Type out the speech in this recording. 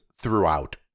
throughout